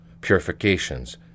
purifications